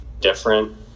different